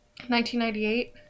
1998